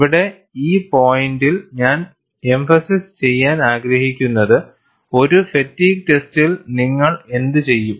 ഇവിടെ ഈ പോയിന്റിൽ ഞാൻ എംഫസൈസ് ചെയ്യാൻ ആഗ്രഹിക്കുന്നത് ഒരു ഫാറ്റിഗ് ടെസ്റ്റിൽ നിങ്ങൾ എന്തുചെയ്യും